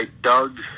Doug